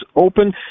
Open